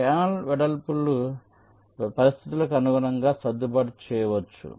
ఛానెల్ల వెడల్పును పరిస్థితులకు అనుగుణంగా సర్దుబాటు చేయవచ్చు